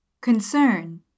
Concern